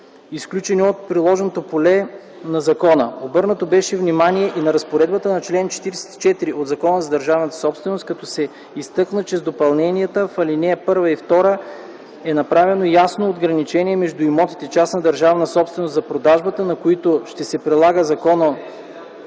изключени от приложното поле на закона. Обърнато беше внимание и на разпоредбата на чл. 44 от Закона за държавната собственост, като се изтъкна, че с допълненията в алинеи 1 и 2 е направено ясно отграничение между имотите – частна държавна собственост, за продажбата на които ще се прилага законът,